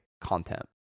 content